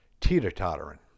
teeter-tottering